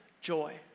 joy